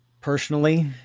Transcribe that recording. personally